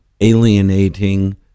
alienating